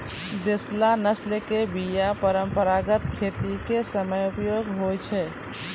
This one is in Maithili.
देशला नस्ल के बीया परंपरागत खेती के समय मे उपयोग होय छै